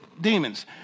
demons